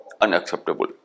unacceptable